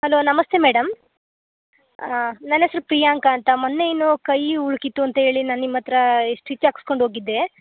hello ನಮಸ್ತೆ madam ನನ್ನ ಹೆಸ್ರು ಪ್ರಿಯಾಂಕ ಅಂತ ಮೊನ್ನೆ ಏನೋ ಕೈ ಉಳ್ಕಿತ್ತು ಅಂತೇಳಿ ನಾನು ನಿಮ್ಮ ಹತ್ರ ಸ್ಟಿಚ್ ಹಾಕ್ಸ್ಕೊಂಡ್ ಹೋಗಿದ್ದೆ